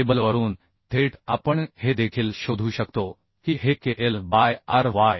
टेबलवरून थेट आपण हे देखील शोधू शकतो की हे KL बाय Ry